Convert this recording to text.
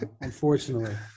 unfortunately